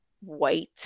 white